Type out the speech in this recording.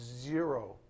zero